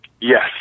Yes